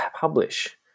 publish